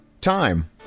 time